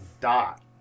dot